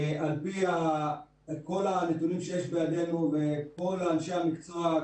על פי כל הנתונים שיש בידינו וכל אנשי המקצוע,